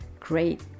great